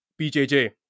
BJJ